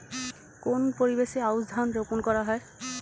কোন পরিবেশে আউশ ধান রোপন করা হয়?